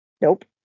Nope